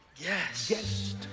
Yes